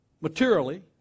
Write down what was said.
materially